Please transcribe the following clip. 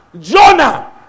Jonah